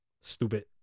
Stupid